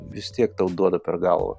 vis tiek tau duoda per galvą